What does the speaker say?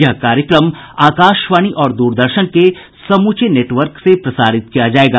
यह कार्यक्रम आकाशवाणी और द्रदर्शन के समूचे नेटवर्क से प्रसारित किया जाएगा